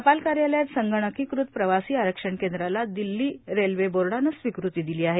टपाल कार्यालयात संगणीकृत प्रवासी आरक्षण केंद्राला दिल्ली रेल्वे बोर्डानं स्वीकृती दिली आहे